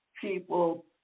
people